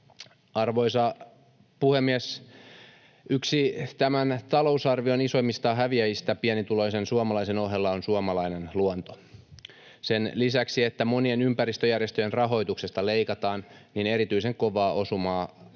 Arvoisa puhemies! Yksi tämän talousarvion isoimmista häviäjistä pienituloisen suomalaisen ohella on suomalainen luonto. Sen lisäksi, että monien ympäristöjärjestöjen rahoituksesta leikataan, erityisen kovaa osumaa